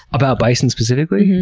about bison specifically?